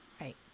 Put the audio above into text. Right